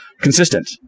consistent